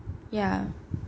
ya